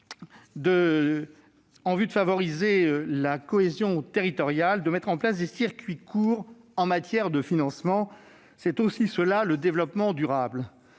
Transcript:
en vue de favoriser la cohésion territoriale, de mettre en place des circuits courts en matière de financement. C'est aussi cela, le développement durable.